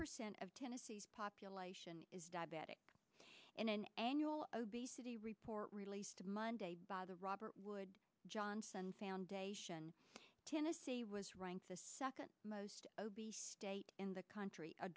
percent of tennessee's population is diabetic in an annual obesity report released monday by the robert wood johnson foundation tennessee was ranked the second most obese state in the country